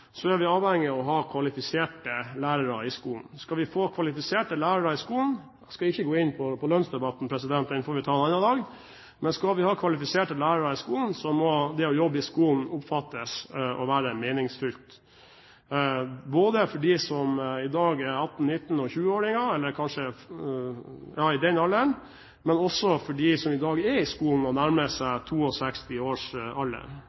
er vi avhengig av å ha kvalifiserte lærere i skolen. Skal vi få kvalifiserte lærere i skolen – jeg skal ikke gå inn på lønnsdebatten, den får vi ta en annen dag – må det å jobbe i skolen oppfattes som meningsfylt, både for dem som i dag er 18-, 19- og 20-åringer, og også for dem som i dag er i skolen og nærmer seg